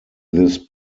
this